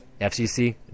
fcc